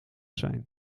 zijn